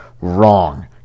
Wrong